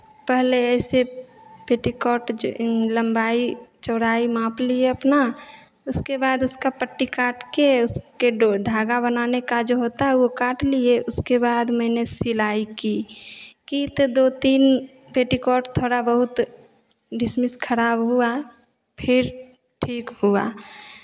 पहले ऐसे पेटीकोट जे लम्बाई चौड़ाई माप लिए अपना उसके बाद उसका पट्टी काट के उसके डो धागा बनाने का जो होता है वो काट लिए उसके बाद मैंने सिलाई की की तो दो तीन पेटीकोट थोड़ा बहुत डिसमिस खराब हुआ फिर ठीक हुआ